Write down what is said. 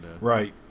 Right